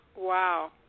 Wow